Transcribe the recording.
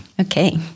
Okay